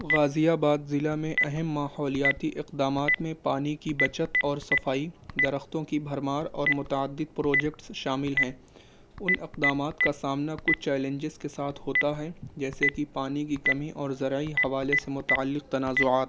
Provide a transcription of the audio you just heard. غازی آباد ضلع میں اہم ماحولیاتی اقدامات میں پانی کی بچت اور صفائی درختوں کی بھرمار اور متعدد پروجیکٹس شامل ہیں ان اقدامات کا سامنا کچھ چیلنجیز کے ساتھ ہوتا ہے جیسے کہ پانی کی کمی اور ذرعی حوالے سے متعلق تنازعات